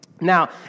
Now